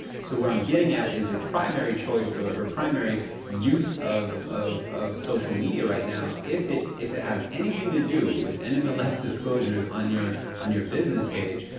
so what i'm getting at, is your primary choice or primary use of of of social media right now, if it if it has anything to do with and um ah nmls disclosures on your on your business page,